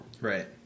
Right